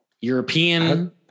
european